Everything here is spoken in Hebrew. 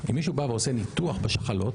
אם מישהו עושה ניתוח בשחלות,